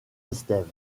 estève